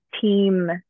team